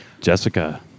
Jessica